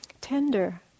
tender